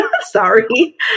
sorry